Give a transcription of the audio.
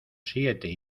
siete